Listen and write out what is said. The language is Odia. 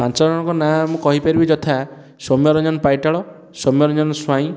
ପାଞ୍ଚଜଣଙ୍କ ନାଁ ମୁଁ କହିପାରିବି ଯଥା ସୌମ୍ୟରଞ୍ଜନ ପାଇଟାଳ ସୌମ୍ୟରଞ୍ଜନ ସ୍ୱାଇଁ